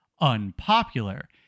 unpopular